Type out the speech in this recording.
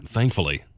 Thankfully